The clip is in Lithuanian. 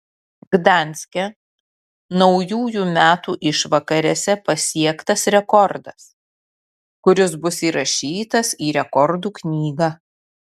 gdanske naujųjų metų išvakarėse pasiektas rekordas kuris bus įrašytas į rekordų knygą